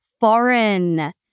foreign